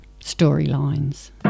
Storylines